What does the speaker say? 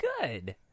Good